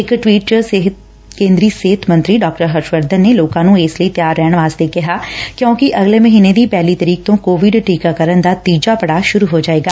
ਇਕ ਟਵੀਟ 'ਚ ਕੇ'ਦਰੀ ਸਿਹਤ ਮੰਤਰੀ ਡਾ ਹਰਸ਼ ਵਰਧਨ ਨੇ ਲੋਕਾਂ ਨੂੰ ਇਸ ਲਈ ਤਿਆਰ ਰਹਿਣ ਵਾਸਤੇ ਕਿਹੈ ਕਿਉ'ਕਿ ਅਗਲੇ ਮਹੀਨੇ ਦੀ ਪਹਿਲੀ ਤਰੀਕ ਤੋਂ ਕੋਵਿਡ ਟੀਕਾਰਨ ਦਾ ਤੀਜਾ ਪੜਾਅ ਸੁਰੁ ਹੋ ਜਾਵੇਗਾ